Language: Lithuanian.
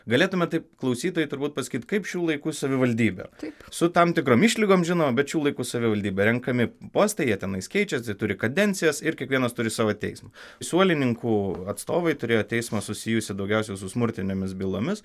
galėtume taip klausytojui turbūt pasakyti kaip šių laikų savivaldybė su tam tikrom išlygom žinoma bet šių laikų savivaldybė renkami postai jie tenais keičiasi turi kadencijas ir kiekvienas turi savo teismą suolininkų atstovai turėjo teismą susijusį daugiausia su smurtinėmis bylomis